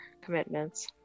commitments